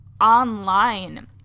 online